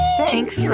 thanks, yeah